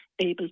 able